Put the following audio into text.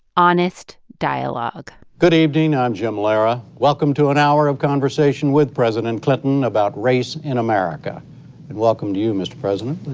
honest dialogue. good evening. i'm um jim lehrer. welcome to an hour of conversation with president clinton about race in america welcome to you, mr. president